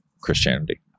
christianity